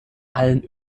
allen